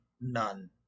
none